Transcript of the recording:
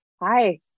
Hi